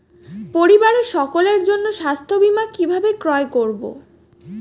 পরিবারের সকলের জন্য স্বাস্থ্য বীমা কিভাবে ক্রয় করব?